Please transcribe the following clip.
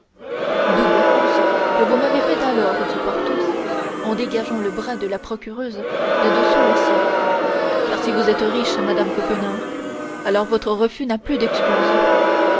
double offense que vous m'avez faite alors dit porthos en dégageant le bras de la procureuse de dessous le sien car si vous êtes riche madame coquenard alors votre refus n'a plus d'excuse